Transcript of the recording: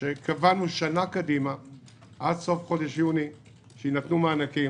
כשקבענו שנה קדימה שעד סוף חודש יוני יינתנו מענקים,